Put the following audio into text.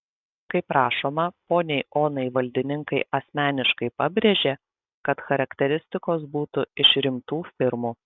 kaip rašoma poniai onai valdininkai asmeniškai pabrėžė kad charakteristikos būtų iš rimtų firmų